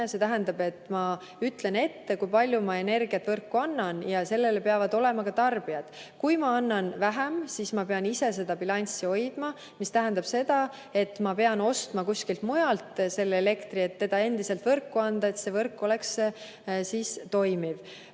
see tähendab, ma ütlen ette, kui palju ma energiat võrku annan ja sellele peavad olema ka tarbijad. Kui ma annan vähem, siis ma pean ise seda bilanssi hoidma, mis tähendab seda, et ma pean ostma kuskilt mujalt selle elektri, et seda endiselt võrku anda, selleks et võrk oleks toimiv.